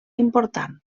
important